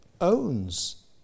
owns